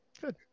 good